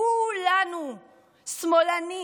כולנו שמאלנים,